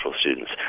students